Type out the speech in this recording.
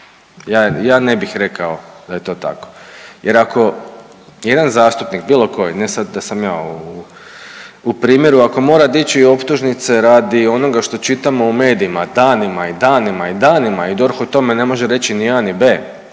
Ja ne bih rekao a je to tako jer ako jedan zastupnik bilo koji, ne sad da sam ja u primjeru ako mora dići optužnice radi onoga što čitam u medijima danima i danima i danima i DORH o tome ne može reći ni a ni b,